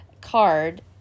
card